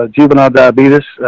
ah juvenile diabetes. ah,